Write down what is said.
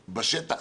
בשטח,